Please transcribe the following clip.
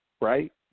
right